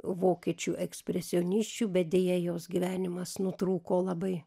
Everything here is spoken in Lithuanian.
vokiečių ekspresionisčių bet deja jos gyvenimas nutrūko labai